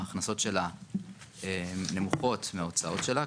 ההכנסות שלה נמוכות מההוצאות שלה,